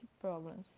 problems